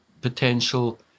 potential